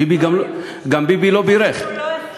ביבי גם לא, לא היו.